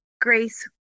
Grace